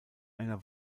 einer